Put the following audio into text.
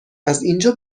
ازاینجا